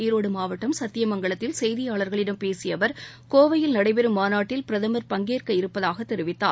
ஈரோடு மாவட்டம் சத்தியமங்கலத்தில் செய்தியாளர்களிடம் பேசிய அவர் கோவையில் நடைபெறும் மாநாட்டில் பிரதமர் பங்கேற்க இருப்பதாகத் தெரிவித்தார்